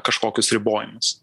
kažkokius ribojimus